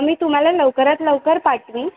मी तुम्हाला लवकरात लवकर पाठवेन